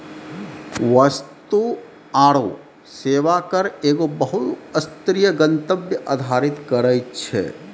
वस्तु आरु सेवा कर एगो बहु स्तरीय, गंतव्य आधारित कर छै